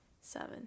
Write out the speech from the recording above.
seven